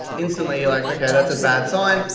instantly, you're like, okay, that's a bad sign.